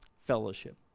fellowship